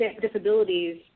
disabilities